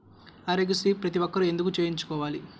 ఆరోగ్యశ్రీ ప్రతి ఒక్కరూ ఎందుకు చేయించుకోవాలి?